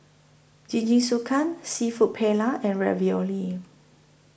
Jingisukan Seafood Paella and Ravioli